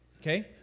Okay